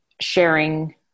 sharing